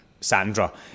Sandra